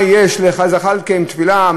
מה יש לך, זחאלקה, עם תפילה?